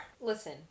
Listen